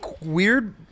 weird